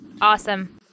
Awesome